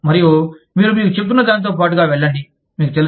మరియు మీరు మీకు చెప్తున్నదానితో పాటుగా వెళ్ళండి మీకు తెలుసు